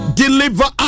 deliver